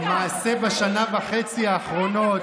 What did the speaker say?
למעשה בשנה וחצי האחרונות הפכתם,